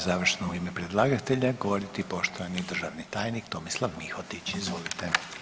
Sad će završno u ime predlagatelja govoriti poštovani državni tajnik Tomislav Mihotić, izvolite.